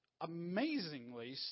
amazingly